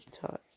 time